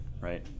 right